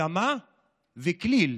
אדמה וכליל,